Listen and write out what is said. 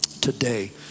today